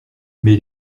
mais